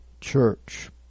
church